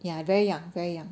ya very young very young